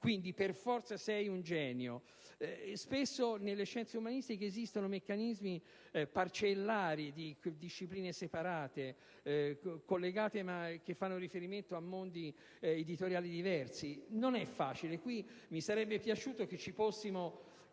allora per forza sei un genio. Spesso, nelle scienze umanistiche esistono meccanismi parcellari di discipline separate, collegate ma che fanno riferimento a mondi editoriali diversi. Non è facile. Qui mi sarebbe piaciuto che ci fossimo